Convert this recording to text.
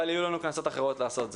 אבל יהיו לנו כנסות אחרות לעשות זאת.